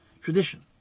tradition